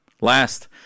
Last